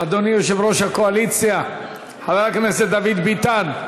אדוני יושב-ראש הקואליציה חבר הכנסת דוד ביטן,